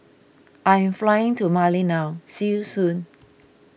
I am flying to Mali now See you soon